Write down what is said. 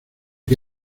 que